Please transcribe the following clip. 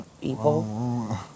people